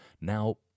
now